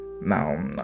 now